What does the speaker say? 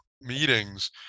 meetings